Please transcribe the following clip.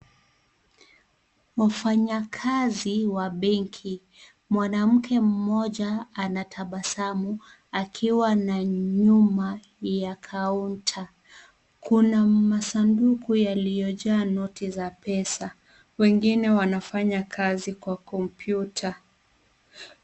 Wafanyakazi wa benki. Mwanamke mmoja, anatabasamu akiwa nyuma ya kaunta. Kuna masanduku yaliyojaa noti za pesa. Wengine wanafanya kazi kwa kompyuta.